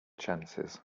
chances